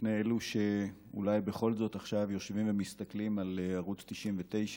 בפני אלו שאולי בכל זאת עכשיו יושבים ומסתכלים על ערוץ 99,